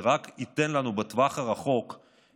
זה רק ייתן לנו בטווח הארוך יתרונות,